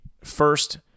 first